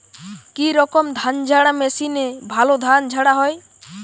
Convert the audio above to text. কি রকম ধানঝাড়া মেশিনে ভালো ধান ঝাড়া হয়?